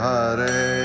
Hare